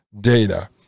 data